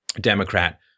Democrat